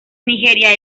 nigeria